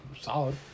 solid